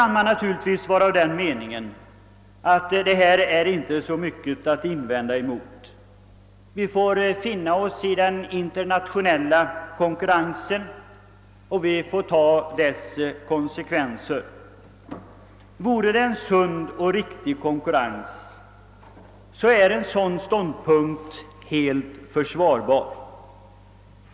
Någon säger kanske att det inte finns så mycket att invända härvidlag; vi får finna oss i den internationella konkurrensen och ta konsekvenserna. Gällde det en sund och riktig konkurrens vore en sådan ståndpunkt fullt försvarbar.